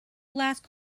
last